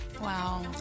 Wow